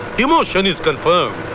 demotion is confirmed.